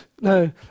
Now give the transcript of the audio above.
No